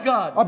God